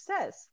says